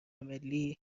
ملی